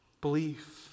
belief